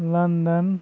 London